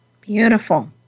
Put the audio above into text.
Beautiful